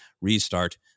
restart